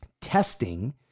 Testing